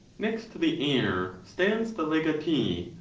next to the heir, stands the legatee,